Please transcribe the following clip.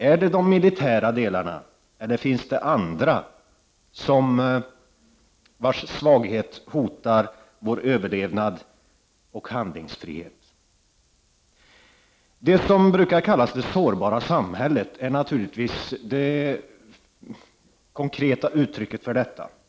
Är det de militära delarna eller finns det också andra delar vars svaghet hotar vår överlevnad och handlingsfrihet? Man brukar tala om det sårbara samhället, och det är naturligtvis det konkreta uttrycket i detta sammanhang.